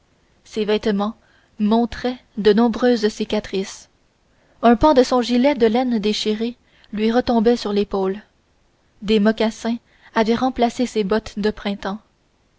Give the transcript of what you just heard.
ses vêtements montraient de nombreuses cicatrices un pan de son gilet de laine déchiré lui retombait sur l'épaule des mocassins avaient remplacé ses bottes de printemps